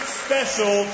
special